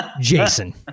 Jason